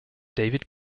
david